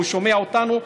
הוא שומע אותנו.